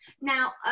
Now